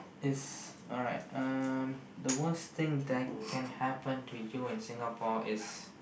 is alright um the worst thing that can happen to you in Singapore is